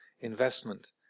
investment